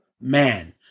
man